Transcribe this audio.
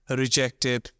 rejected